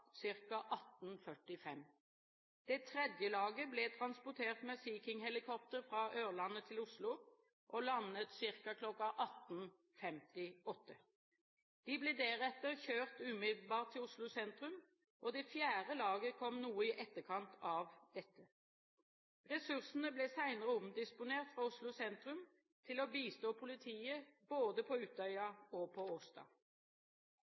tredje laget ble transportert med Sea King-helikopter fra Ørland til Oslo og landet ca. kl. 18.58. De ble deretter kjørt umiddelbart til Oslo sentrum, og det fjerde laget kom noe i etterkant av dette. Ressursene ble senere omdisponert fra Oslo sentrum til å bistå politiet både på Utøya